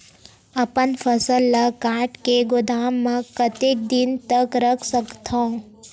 अपन फसल ल काट के गोदाम म कतेक दिन तक रख सकथव?